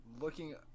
looking